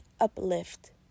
uplift